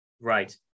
Right